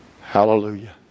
Hallelujah